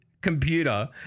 computer